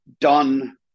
done